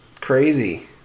crazy